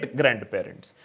grandparents